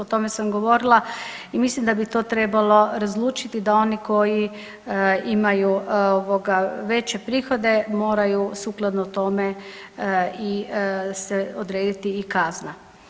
O tome sam govorila i mislim da bi to trebalo razlučiti da oni koji imaju veće prihode moraju sukladno tome se odrediti i kazna.